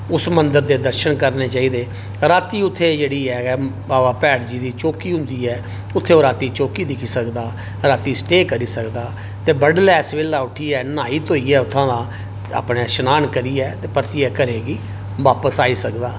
उस मंदर दे दर्शन करने चाहिदे रातीं उत्थै जेहडडी ऐ बाबा भैड़ जी दी चौकी होंदी ऐ उत्थै ओह् राती चौकी दिक्खी सकदा रातीं स्टे करी सकदा ते बड़लै सबेला उट्ठियै न्हाई धोइये उत्थूं दा अपने शनान करियै परतियै अपने घरे गी बापस आई सकदे ओ